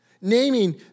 Naming